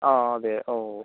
ആ അതെ ഓ